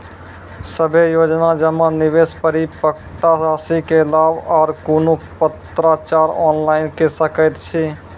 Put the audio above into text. सभे योजना जमा, निवेश, परिपक्वता रासि के लाभ आर कुनू पत्राचार ऑनलाइन के सकैत छी?